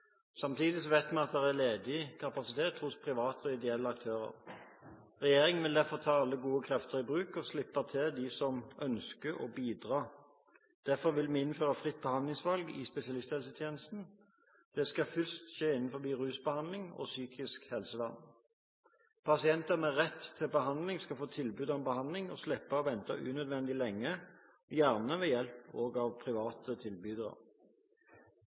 Samtidig vet vi at det er ledig kapasitet hos private og ideelle aktører. Regjeringen vil derfor ta alle gode krefter i bruk og slippe til de som ønsker å bidra. Derfor vil vi innføre fritt behandlingsvalg i spesialisthelsetjenesten. Det skal først skje innen rusbehandling og psykisk helsevern. Pasienter med rett til behandling skal få tilbud om behandling og slippe å vente unødvendig lenge, gjerne ved hjelp av private tilbydere.